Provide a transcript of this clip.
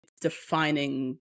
defining